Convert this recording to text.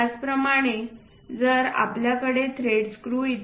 त्याचप्रमाणे जर आपल्याकडे थ्रेड स्क्रू इ